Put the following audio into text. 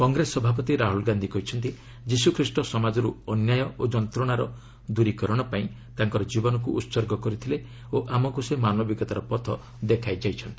କଂଗ୍ରେସ ସଭାପତି ରାହୁଲ ଗାନ୍ଧି କହିଛନ୍ତି ଯୀଶୁଖ୍ରୀଷ୍ଟ ସମାଜରୁ ଅନ୍ୟାୟ ଓ ଯନ୍ତ୍ରଣାର ଦୂରୀକରଣ ପାଇଁ ତାଙ୍କ ଜୀବନକୁ ଉତ୍ସର୍ଗ କରିଥିଲେ ଓ ଆମକୁ ସେ ମାନବିକତାର ପଥ ଦେଖାଇ ଯାଇଛନ୍ତି